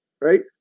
right